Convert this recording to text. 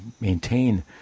maintain